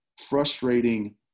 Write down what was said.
frustrating